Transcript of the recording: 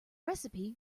recipe